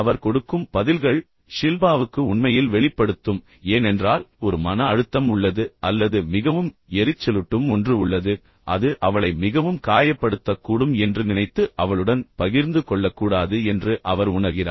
அவர் கொடுக்கும் பதில்கள் ஷில்பாவுக்கு உண்மையில் வெளிப்படுத்தும் ஏனென்றால் ஒரு மன அழுத்தம் உள்ளது அல்லது மிகவும் எரிச்சலூட்டும் ஒன்று உள்ளது அது அவளை மிகவும் காயப்படுத்தக்கூடும் என்று நினைத்து அவளுடன் பகிர்ந்து கொள்ளக்கூடாது என்று அவர் உணர்கிறார்